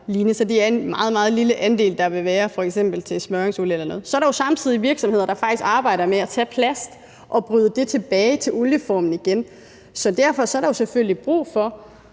så det er en meget, meget lille andel, der vil gå til f.eks. smøringsolie. Så er der jo samtidig virksomheder, der faktisk arbejder med at tage plast og bryde det tilbage til olieformen igen. Så derfor er der selvfølgelig brug for